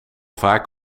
vaak